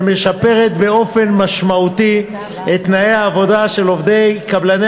שמשפרת באופן משמעותי את תנאי העבודה של עובדי קבלני